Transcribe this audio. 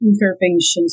interventions